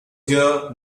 here